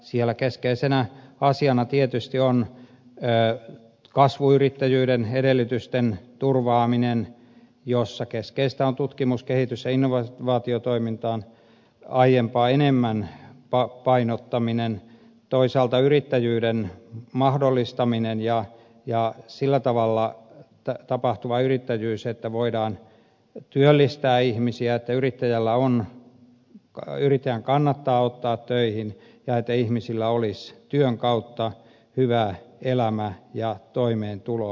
siellä keskeisenä asiana tietysti on kasvuyrittäjyyden edellytysten turvaaminen jossa keskeistä on tutkimus kehitys ja innovaatiotoiminnan aiempaa suurempi painottaminen toisaalta yrittäjyyden mahdollistaminen ja sillä tavalla tapahtuva yrittäjyys että voidaan työllistää ihmisiä että yrittäjän kannattaa ottaa töihin ja että ihmisillä olisi työn kautta hyvä elämä ja toimeentulo